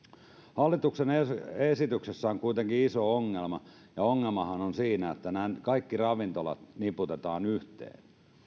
hallituksen esityksessä on kuitenkin iso ongelma ja ongelmahan on siinä että kaikki ravintolat niputetaan yhteen